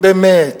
באמת,